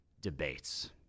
debates